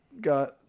Got